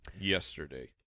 yesterday